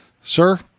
Sir